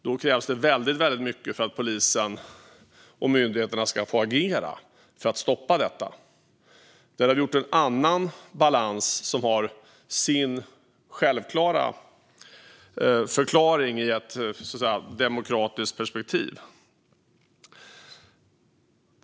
Då krävs det väldigt mycket för att polis och myndigheter ska få agera för att stoppa detta. Där har vi valt en annan balans, som har sin självklara förklaring i ett demokratiskt perspektiv.